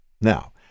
Now